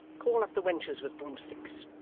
call up the wenches with broomsticks.